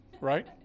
right